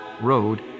Road